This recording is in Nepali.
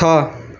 छ